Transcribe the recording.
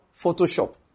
Photoshop